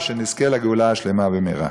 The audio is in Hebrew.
ושנזכה לגאולה השלמה במהרה.